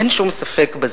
אין שום ספק בזה.